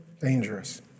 dangerous